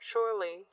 Surely